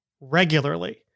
regularly